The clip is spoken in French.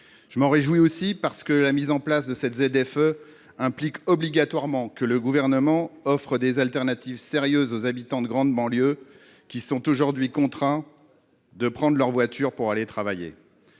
Je m'en réjouis, aussi, parce que la mise en place de cette ZFE implique obligatoirement que le Gouvernement offre des alternatives sérieuses aux habitants de grande banlieue, qui sont aujourd'hui contraints de prendre leur voiture pour aller travailler.